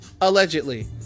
allegedly